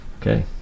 Okay